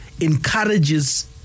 encourages